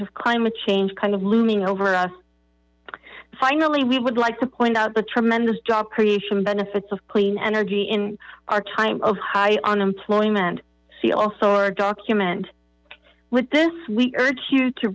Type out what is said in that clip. of climate change kind of looming over us finally we would like to point out the tremendous job creation benefits of clean energy in our time of high unemployment see also document with this